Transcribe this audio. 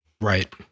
Right